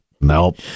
Nope